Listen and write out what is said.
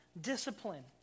discipline